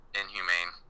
inhumane